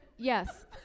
Yes